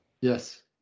Yes